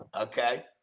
Okay